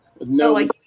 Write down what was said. No